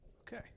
Okay